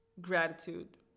gratitude